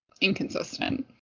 inconsistent